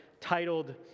titled